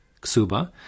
Ksuba